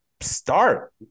start